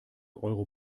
euro